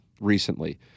recently